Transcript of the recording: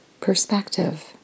perspective